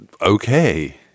Okay